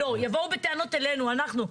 לא, יבואו בטענות אלינו, אנחנו.